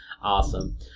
awesome